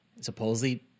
Supposedly